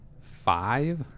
five